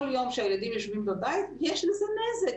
כל יום שהילדים יושבים בבית יש בזה נזק,